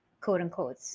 quote-unquote